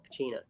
Pacino